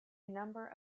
number